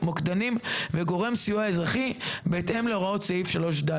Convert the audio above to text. מוקדנים וגורם סיוע אזרחי בהתאם להוראות סעיף 3ד,